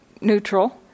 neutral